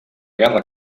guerra